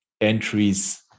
entries